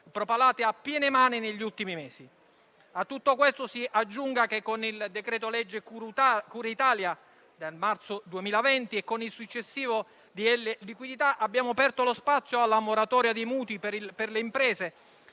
propalate a piene mani negli ultimi mesi. A tutto questo si aggiunga che con il decreto-legge cura Italia del marzo 2020 e con il successivo decreto-legge liquidità abbiamo aperto lo spazio alla moratoria dei mutui per le imprese,